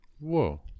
Whoa